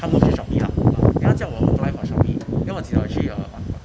他们是 Shopee lah then 他叫我 apply for Shopee then 我至少去 uh on on